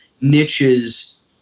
niches